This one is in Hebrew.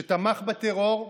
שתמך בטרור,